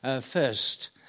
first